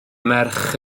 merch